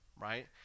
right